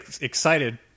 excited